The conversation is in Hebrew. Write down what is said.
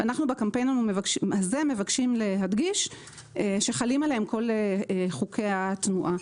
אנחנו בקמפיין הזה מבקשים להדגיש שחלים עליהם כל חוקי התנועה.